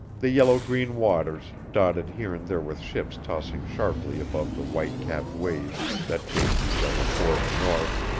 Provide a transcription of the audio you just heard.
the yellow-green waters, dotted here and there with ships tossing sharply above the white-capped waves that chased each other toward the north,